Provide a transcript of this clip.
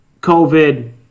COVID